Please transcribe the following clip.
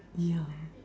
yeah